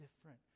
different